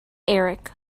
eric